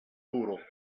poodle